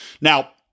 Now